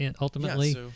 ultimately